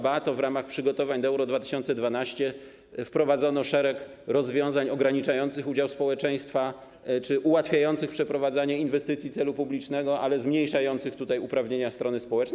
Ba, to w ramach przygotowań do Euro 2012 wprowadzono szereg rozwiązań ograniczających udział społeczeństwa czy ułatwiających przeprowadzanie inwestycji celu publicznego, ale zmniejszających uprawnienia strony społecznej.